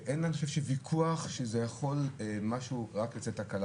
שאין על זה וויכוח שזה יכול משהו לייצר תקלה,